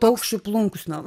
paukščių plunksnom